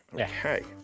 Okay